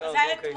אבל זה היה אתמול.